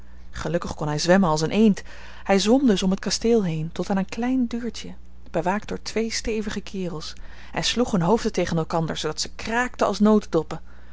gelukkig kon hij zwemmen als een eend hij zwom dus om het kasteel heen tot aan een klein deurtje bewaakt door twee stevige kerels en sloeg hun hoofden tegen elkander zoodat ze kraakten als